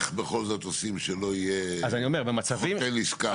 איך בכל זאת עושים שלא יהיה קוטל עסקה?